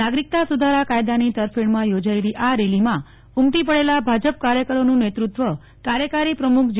નાગરિકતા સુધારા કાયદાની તરફેણ માં યોજાયેલી આ રેલી માં ઉમટી પડેલા ભાજપ કાર્યકરો નું નેતૃત્વં કાર્યકારી પ્રમુખ જે